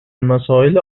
مسائل